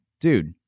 Dude